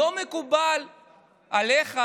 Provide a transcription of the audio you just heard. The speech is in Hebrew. לא מקובלת עליך,